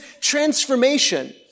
transformation